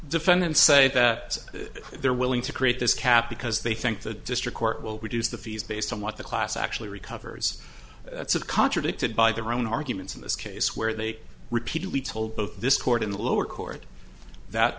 defendants say that they're willing to create this cap because they think the district court will reduce the fees based on what the class actually recovers that's it contradicted by their own arguments in this case where they repeatedly told both this court in the lower court that